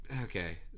Okay